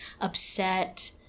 upset